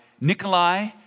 Nikolai